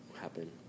happen